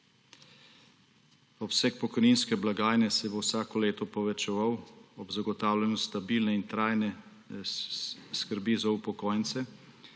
Obseg pokojninske blagajne se bo vsako leto povečeval ob zagotavljanju stabilne in trajne skrbi za upokojence,